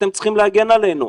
אתם צריכים להגן עלינו,